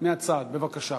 הנמקה מהצד, בבקשה.